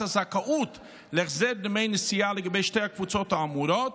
הזכאות להחזר דמי נסיעה לגבי שתי הקבוצות האמורות,